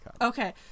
Okay